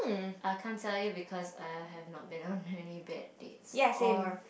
I can't tell you because I have not been on any bad dates or